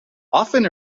often